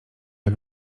jak